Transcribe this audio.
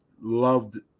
loved